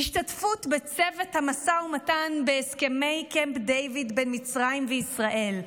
השתתפות בצוות המשא ומתן בהסכמי קמפ דייוויד בין מצרים לישראל,